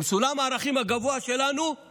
עם סולם הערכים הגבוה שלנו אנחנו